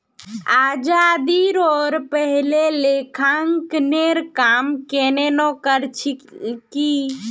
आज़ादीरोर पहले लेखांकनेर काम केन न कर छिल की